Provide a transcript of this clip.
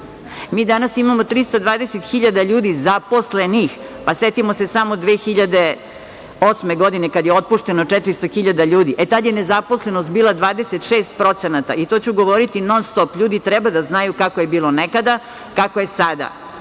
Mi danas imamo 320.000 ljudi zaposlenih. Setimo se samo 2008. godine, kada je otpušteno 400.000 ljudi. Tada je nezaposlenost bila 26%. To ću govoriti non-stop, jer ljudi treba da znaju kako je bilo nekada, a kako je sada.